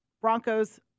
Broncos